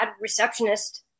receptionist